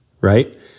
right